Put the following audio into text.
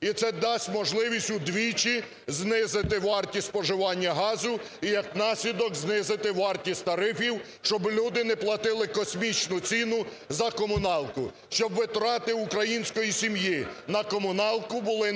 І це дасть можливість удвічі знизити вартість споживання газу і, як наслідок, знизити вартість тарифів, щоб люди не платили космічну ціну за комуналку, щоб витрати української сім'ї на комуналку були